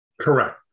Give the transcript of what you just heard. Correct